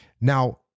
now